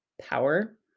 power